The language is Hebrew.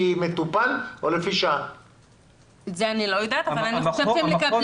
אבל אין